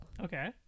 okay